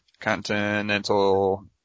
Continental